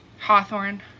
Hawthorne